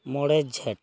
ᱢᱚᱬᱮ ᱡᱷᱮᱴ